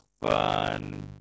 fun